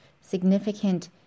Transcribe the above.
significant